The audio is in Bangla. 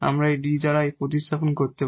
আমরা এই D দ্বারা এটি প্রতিস্থাপন করতে পারি